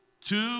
Two